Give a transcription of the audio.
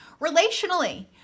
relationally